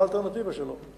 מה האלטרנטיבה לו?